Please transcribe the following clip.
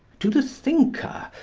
to the thinker,